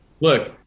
look